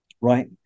Right